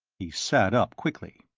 he sat up quickly.